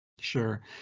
Sure